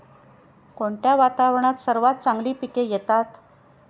कोणत्या वातावरणात सर्वात चांगली पिके येतात?